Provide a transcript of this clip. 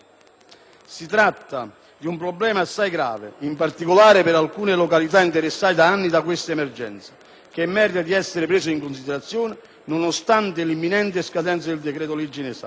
Si tratta di un problema assai grave, in particolare per alcune località interessate da anni da questa emergenza, che merita di essere preso in considerazione nonostante l'imminente scadenza del decreto-legge in esame.